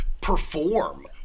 perform